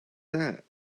that